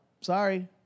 sorry